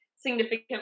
significant